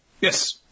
Yes